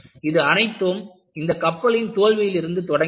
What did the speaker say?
இது அனைத்தும் இந்த கப்பலின் தோல்வியிலிருந்து தொடங்கியது